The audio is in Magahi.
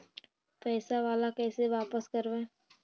पैसा बाला कैसे बापस करबय?